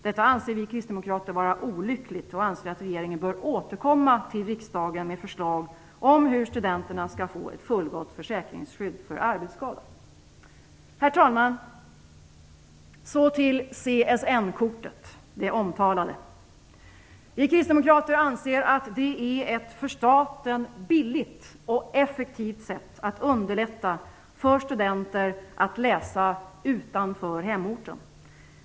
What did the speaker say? Detta anser vi kristdemokrater vara olyckligt, och vi anser att regeringen bör återkomma till riksdagen med förslag om hur studenterna skall få ett fullgott försäkringsskydd för arbetsskada. Herr talman! Så till det omtalade CSN-kortet. Vi kristdemokrater anser att det är ett för staten billigt och effektivt sätt att underlätta för studenter att läsa utanför hemorten.